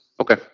Okay